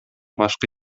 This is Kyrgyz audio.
башка